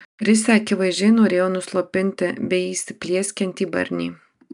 risia akivaizdžiai norėjo nuslopinti beįsiplieskiantį barnį